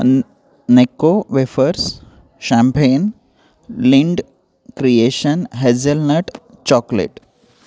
नेको wafers champagne Lindt creation hazelnut chocolate